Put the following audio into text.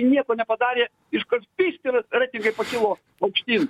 nieko nepadarė iškart pyst ir reitingai pakilo aukštyn